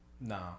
No